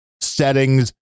settings